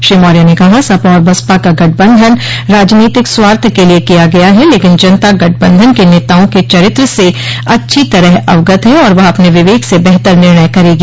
श्री मौर्य ने कहा सपा और बसपा का गठबन्धन राजनीतिक स्वार्थ के लिए किया गया है लकिन जनता गठबन्धन के नेताओं के चरित्र से अच्छी तरह अवगत है और वह अपने विवेक से बेहतर निर्णय करेगी